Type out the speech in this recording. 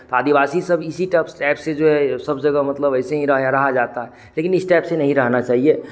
आदिवासी सब इसी टप टाइप से जो है सब जगह मतलब ऐसे ही रहे रहा जाता है लेकिन इस टाइप से नहीं रहना चाहिए